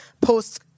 post